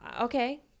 okay